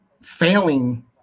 failing